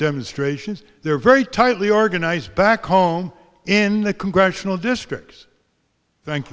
demonstrations they're very tightly organized back home in the congressional districts thank